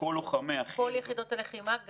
כל לוחמי החי"ר --- כל יחידות הלחימה,